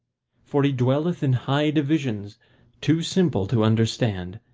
for he dwelleth in high divisions too simple to understand,